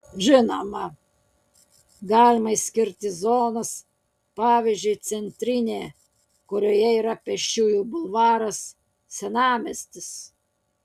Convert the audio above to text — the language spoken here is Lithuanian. žinoma galima išskirti zonas pavyzdžiui centrinė kurioje yra pėsčiųjų bulvaras senamiestis